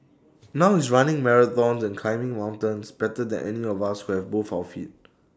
now he's running marathons and climbing mountains better than any of us who have both our feet